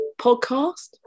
podcast